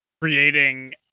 creating